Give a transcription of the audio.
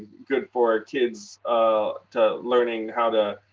good for kids ah to learning how to,